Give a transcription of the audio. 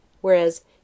whereas